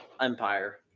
empire